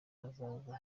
hazaza